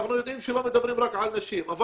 אנחנו יודעים שלא מדברים רק על נשים אבל